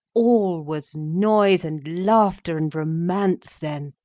all was noise and laughter and romance then,